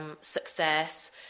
success